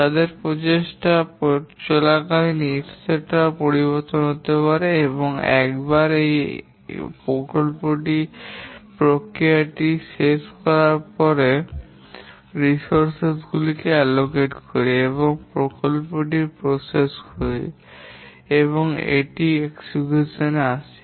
তাদের প্রচেষ্টা চলাকালীন ইত্যাদি পরিবর্তন হতে পারে এবং একবার আমরা এই প্রক্রিয়াটি শেষ করার পরে সম্পদ গুলিকে বরাদ্দ করি এবং পরিকল্পনাটির প্রক্রিয়া করি এবং এটির সম্পাদন এ আসি